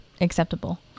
acceptable